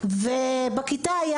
ובכיתה היו